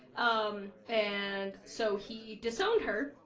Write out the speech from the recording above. um and so he disowned her.